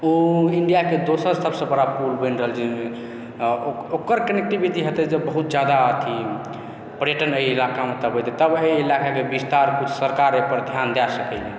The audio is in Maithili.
ओ इन्डियाके दोसर सभसँ बड़ा पुल बनि रहल छै आ ओकर कनेक्टिभिटी हेतय जब बहुत जादा अथी पर्यटन एहि इलाकामे तब एतय तब एहि इलाकाके विस्तार सरकार एहिपर ध्यान दए सकय यऽ